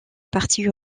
partie